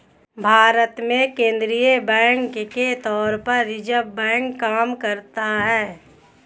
भारत में केंद्रीय बैंक के तौर पर रिज़र्व बैंक काम करता है